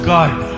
God